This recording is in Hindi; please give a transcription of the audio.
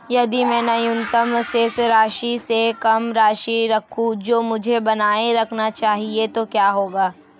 यदि मैं न्यूनतम शेष राशि से कम राशि रखूं जो मुझे बनाए रखना चाहिए तो क्या होगा?